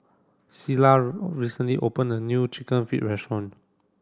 Sheilah recently opened a new Chicken Feet Restaurant